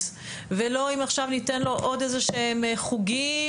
ולא אם עכשיו ניתן לו עוד איזשהם חוגים,